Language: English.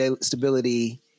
stability